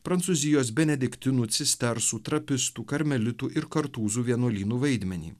prancūzijos benediktinų cistersų trapistų karmelitų ir kartūzų vienuolynų vaidmenį